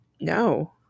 No